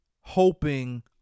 hoping